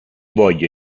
voglio